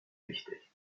wichtig